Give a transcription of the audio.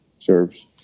Serves